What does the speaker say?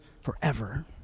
forever